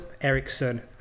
Ericsson